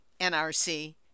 NRC